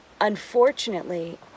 Unfortunately